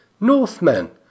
Northmen